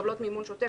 מקבלות מימון שוטף,